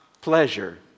pleasure